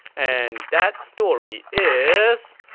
and that story is,